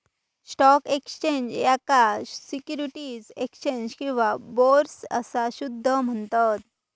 stock exchange, याका securities exchange किंवा bourse असा सुद्धा म्हणतत